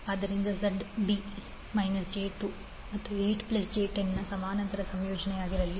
ಆದ್ದರಿಂದ Z ಡ್ j2 ಮತ್ತು 8 j10 ನ ಸಮಾನಾಂತರ ಸಂಯೋಜನೆಯಾಗಿರಲಿ